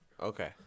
Okay